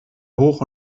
hoch